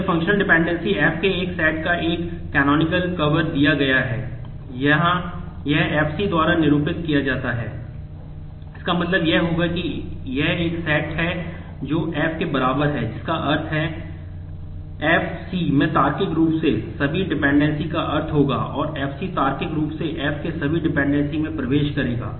तो यह functional dependency में प्रवेश करेगा